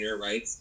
Right